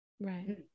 Right